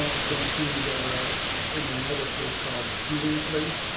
think she's in another place called the healing place.